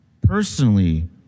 personally